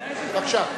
בבקשה.